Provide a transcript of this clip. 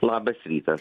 labas rytas